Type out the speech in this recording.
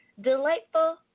Delightful